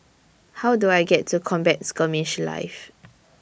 How Do I get to Combat Skirmish Live